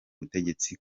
butegetsi